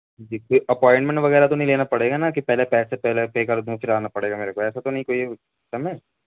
جی کوئی اپائنمنٹ وغیرہ تو نہیں لینا پڑے گا نا کہ پہلے پیسے پہلے پے کر دوں پھر آنا پڑے گا میرے کو ایسا تو نہیں کوئی سسٹم ہے